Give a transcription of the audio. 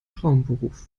traumberuf